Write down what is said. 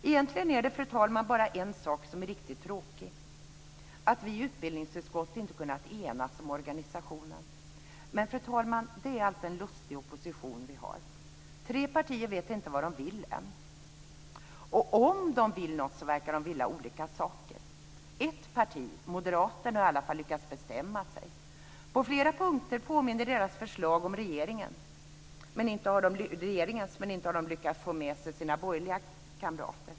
Egentligen är det, fru talman, bara en sak som är riktigt tråkig: att vi i utbildningsutskottet inte har kunnat enas om organisationen. Fru talman, det är allt en lustig opposition vi har! Tre partier vet inte ännu vad de vill. Och om de vill något verkar de vilja olika saker. Ett parti, Moderaterna, har i alla fall lyckats bestämma sig. På flera punkter påminner deras förslag om regeringens. Men de har inte lyckats få med sig sina borgerliga kamrater.